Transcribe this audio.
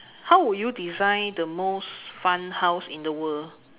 how would you design the most fun house in the world